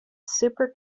super